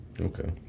Okay